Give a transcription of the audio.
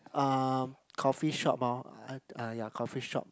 uh coffee shop hor I ah ya coffee shop